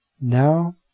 Now